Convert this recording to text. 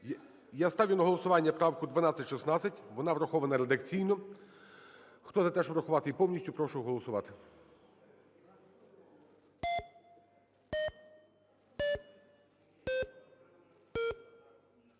Я ставлю на голосування правку 1216. Вона врахована редакційно. Хто за те, щоб врахувати її повністю, прошу голосувати.